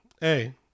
Hey